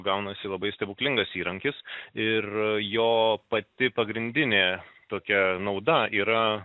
gaunasi labai stebuklingas įrankis ir jo pati pagrindinė tokia nauda yra